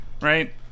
right